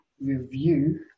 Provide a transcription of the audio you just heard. review